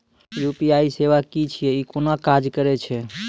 UPI सेवा की छियै? ई कूना काज करै छै?